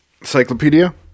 Encyclopedia